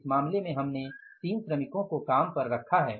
इस मामले में हमने 3 श्रमिकों को काम पर रखा है